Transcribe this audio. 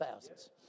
thousands